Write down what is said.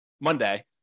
monday